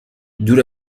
دور